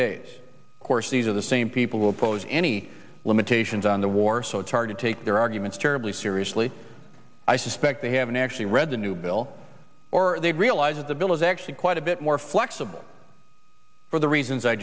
days these are the same people who oppose any limitations on the war so it's hard to take their arguments terribly seriously i suspect they haven't actually read the new bill or they realize that the bill is actually quite a bit more flexible for the reasons i